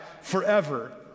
forever